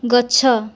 ଗଛ